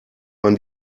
man